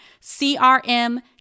CRM